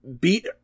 beat